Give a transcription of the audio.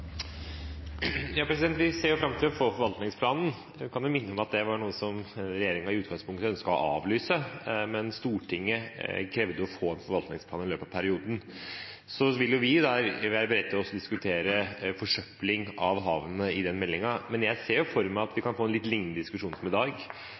noe som regjeringen i utgangspunktet ønsket å avlyse, men Stortinget krevde å få en forvaltningsplan i løpet av perioden. Vi vil være beredt til å diskutere forsøpling av havene i forbindelse med den meldingen, men jeg ser for meg at vi